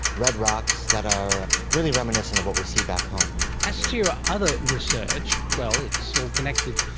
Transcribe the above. red rocks that are really reminiscent of what we see back home. as to your other research, well, it's all connected,